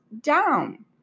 down